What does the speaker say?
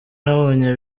nabonye